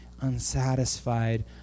unsatisfied